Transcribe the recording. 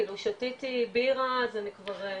כאילו שתיתי בירה זה אני כבר,